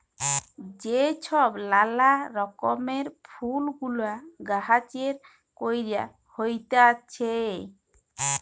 যে ছব লালা রকমের ফুল গুলা গাহাছে ক্যইরে হ্যইতেছে